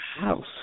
house